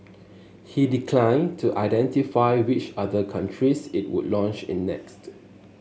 he declined to identify which other countries it would launch in next